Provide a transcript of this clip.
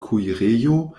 kuirejo